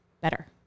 better